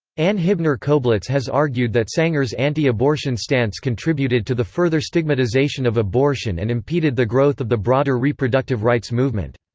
ann hibner koblitz has argued that sanger's anti-abortion stance contributed to the further stigmatization of abortion and impeded the growth of the broader reproductive rights movement.